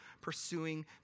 pursuing